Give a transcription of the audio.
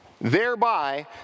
Thereby